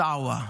מסעווה,